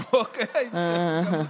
אוקיי, בסדר גמור.